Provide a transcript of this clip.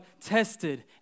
tested